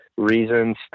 reasons